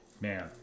Man